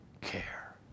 care